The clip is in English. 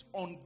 on